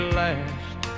last